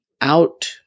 out